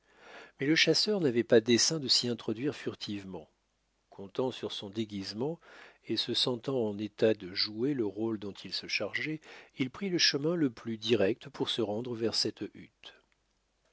mais le chasseur n'avait pas dessein de s'y introduire furtivement comptant sur son déguisement et se sentant en état de jouer le rôle dont il se chargeait il prit le chemin le plus direct pour se rendre vers cette hutte